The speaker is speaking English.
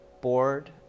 bored